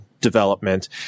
development